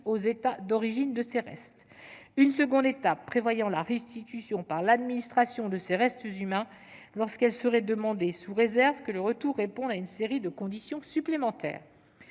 aux États d'origine des restes. La seconde prévoit la restitution par l'administration des restes humains, lorsqu'elle est demandée, sous réserve que ce retour réponde à une série de conditions supplémentaires.